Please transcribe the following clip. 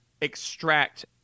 extract